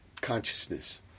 consciousness